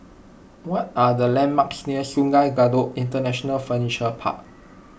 what are the landmarks near Sungei Kadut International Furniture Park